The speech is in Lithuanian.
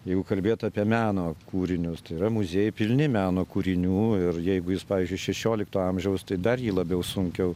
jeigu kalbėt apie meno kūrinius tai yra muziejai pilni meno kūrinių ir jeigu jūs pavyzdžiui šešiolikto amžiaus tai dar jį labiau sunkiau